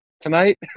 tonight